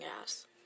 gas